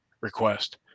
request